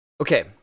Okay